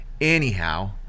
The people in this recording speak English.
Anyhow